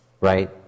right